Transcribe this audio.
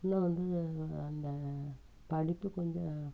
இன்னும் வந்து அந்த படிப்பு கொஞ்சம்